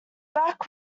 back